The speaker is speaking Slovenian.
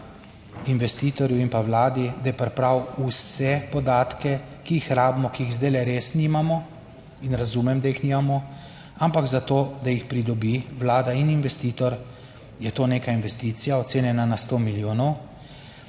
investitorju in pa vladi, da pripravi vse podatke, ki jih rabimo, ki jih zdaj res nimamo in razumem, da jih nimamo, ampak za to, da jih pridobi Vlada in investitor, je to neka investicija, ocenjena na sto milijonov.